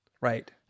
Right